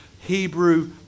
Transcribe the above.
Hebrew